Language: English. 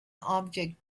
object